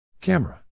Camera